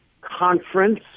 conference